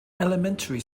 elementary